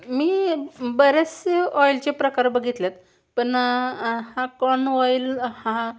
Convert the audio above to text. मी बरेचसे ऑईलचे प्रकार बघितले आहेत पण हा कॉन ऑईल हा